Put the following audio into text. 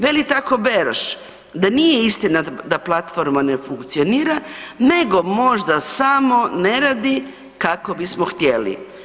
Veli tako Beroš da nije istina da platforma ne funkcionira nego možda samo ne radi kako bismo htjeli.